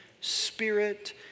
spirit